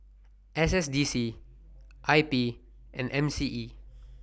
S S D C I P and M C E